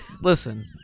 Listen